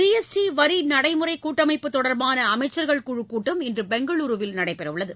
GST வரி நடைமுறை கூட்டமைப்பு தொடர்பான அமைச்சர்கள் குழுக் கூட்டம் இன்று பெங்களூருவில் இன்று நடைபெறவுள்ளது